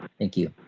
thank you.